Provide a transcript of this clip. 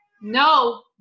no